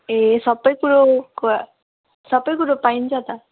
ए सबै कुरोको सबै कुरो पाइन्छ त